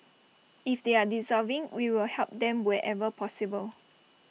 if they are deserving we will help them wherever possible